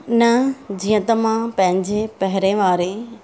न जीअं त मां पंहिंजे पहिरें वारे